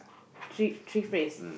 three three phrase